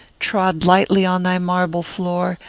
trod lightly on thy marble floor,